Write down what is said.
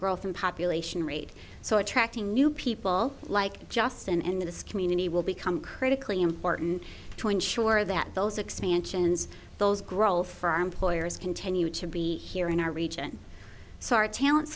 growth in population rate so attracting new people like justin and this community will become critically important to ensure that those expansions those growth for our employers continue to be here in our region so our talent